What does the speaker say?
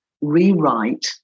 rewrite